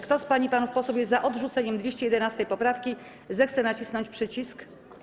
Kto z pań i panów posłów jest za odrzuceniem 211. poprawki, zechce nacisnąć przycisk.